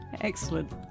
excellent